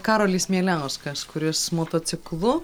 karolis mieliauskas kuris motociklu